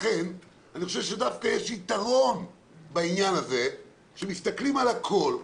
לכן אני חושב שדווקא יש יתרון בעניין הזה כשמסתכלים על הכול,